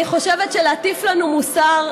אני חושבת שלהטיף לנו מוסר,